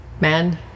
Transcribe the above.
man